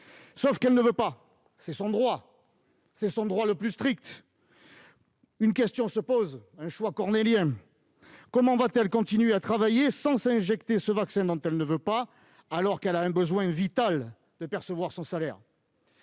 Sauf qu'elle ne veut pas- et c'est son droit le plus strict. Elle est donc confrontée à un choix cornélien. Comment continuer à travailler sans s'injecter ce vaccin, dont elle ne veut pas, alors qu'elle a un besoin vital de percevoir son salaire ?